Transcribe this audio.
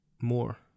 more